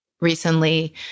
recently